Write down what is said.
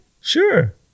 sure